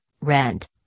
rent